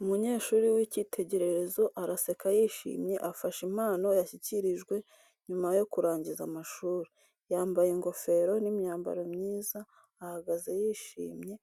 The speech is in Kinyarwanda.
Umunyeshuri w’icyitegererezo araseka yishimye, afashe impano yashyikirijwe nyuma yo kurangiza amashuri. Yambaye ingofero n’imyambaro myiza, ahagaze yishimye,